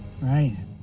Right